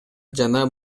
жана